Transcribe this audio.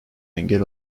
engel